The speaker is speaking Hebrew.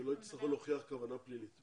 שלא יצטרכו להוכיח כוונה פלילית.